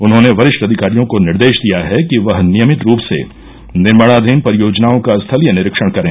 उन्होंने वरिष्ठ अधिकारियों को निर्देश दिया है कि वह नियमित रूप से निर्माणाधीन परियोजनाओं का स्थलीय निरीक्षण करें